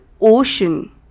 ocean